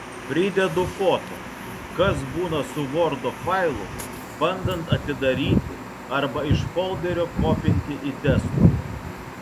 pridedu foto kas būna su vordo failu bandant atidaryti arba iš folderio kopinti į desktopą